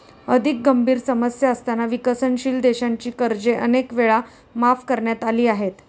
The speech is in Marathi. अधिक गंभीर समस्या असताना विकसनशील देशांची कर्जे अनेक वेळा माफ करण्यात आली आहेत